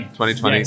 2020